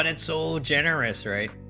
and so generous raid